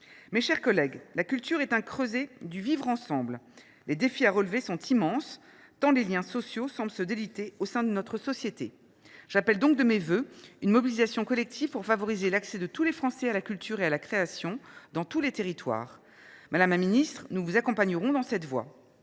extérieurs. La culture est le creuset du vivre ensemble. Les défis à relever sont immenses tant les liens sociaux semblent se déliter au sein de notre société. J’appelle donc de mes vœux une mobilisation collective pour favoriser l’accès de tous les Français à la culture et à la création, dans tous les territoires. Madame la ministre, nous vous accompagnerons dans cette voie.